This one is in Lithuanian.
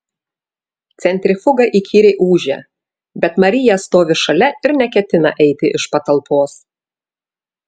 centrifuga įkyriai ūžia bet marija stovi šalia ir neketina eiti iš patalpos